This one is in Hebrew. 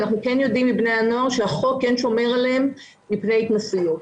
אנחנו יודעים מבני הנוער שהחוק שומר עליהם מפני התנסויות.